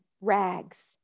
rags